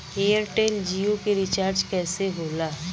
Airtel Jio के recharge कैसे होला?